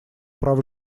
прав